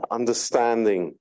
understanding